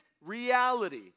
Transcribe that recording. reality